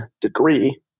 degree